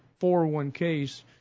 401ks